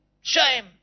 Shame